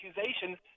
accusations